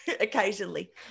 occasionally